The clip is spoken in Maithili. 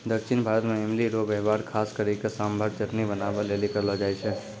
दक्षिण भारत मे इमली रो वेहवार खास करी के सांभर चटनी बनाबै लेली करलो जाय छै